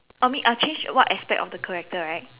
uh I mean uh change one aspect of the character right